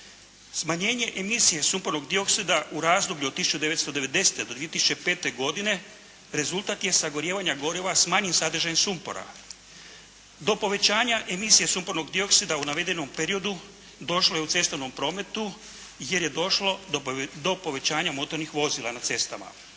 Smanjenje emisije sumpornog dioksida u razdoblju od 1990. do 2005. godine rezultat je sagorijevanja goriva s manjim sadržajem sumpora. Do povećanja emisije sumpornog dioksida u navedenom periodu došlo je u cestovnom prometu, jer je došlo do povećanja motornih vozila na cestama.